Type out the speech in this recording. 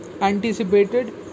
anticipated